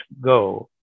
go